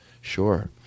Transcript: Sure